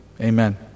amen